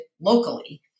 locally